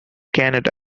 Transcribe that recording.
canada